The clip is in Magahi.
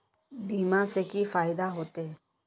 बीमा से की फायदा होते?